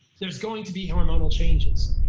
there's going to be hormonal changes,